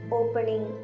opening